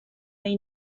neu